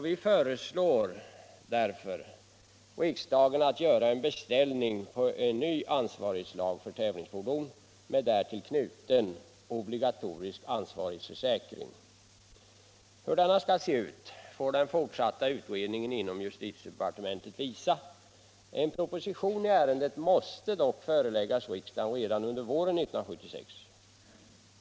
Vi föreslår riksdagen att göra en beställning på en ny ansvarighetslag för tävlingsfordon med därtill knuten obligatorisk ansvarighetsförsäkring. Hur denna skall se ut får den fortsatta utredningen inom justitiedepartementet visa. En proposition i ärendet måste dock föreläggas riksdagen redan under våren 1976.